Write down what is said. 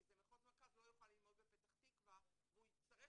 כי זה מחוז מרכז לא יוכל ללמוד בפתח תקווה והוא יצטרך